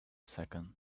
second